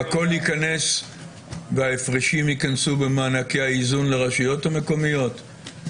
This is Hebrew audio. וכול וההפרשים ייכנסו במענקי האיזון לרשויות המקומיות?